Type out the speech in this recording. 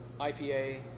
IPA